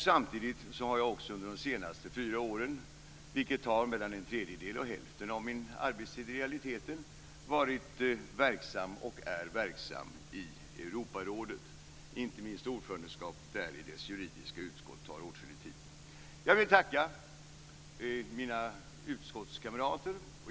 Samtidigt har jag också under de senaste fyra åren, vilket i realiteten har tagit mellan en tredjedel och hälften av min arbetstid i anspråk, varit verksam och är fortfarande verksam i Europarådet. Inte minst ordförandeskapet i dess juridiska utskott tar åtskillig tid. Jag vill tacka mina utskottskamrater.